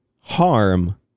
harm